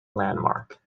landmark